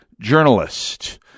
journalist